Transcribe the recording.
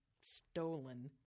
Stolen